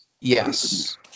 Yes